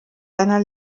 seiner